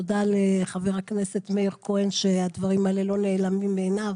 תודה לחבר הכנסת מאיר כהן שהדברים האלה לא נעלמים מעיניו